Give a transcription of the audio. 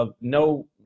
no